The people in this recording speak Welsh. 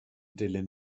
dilyn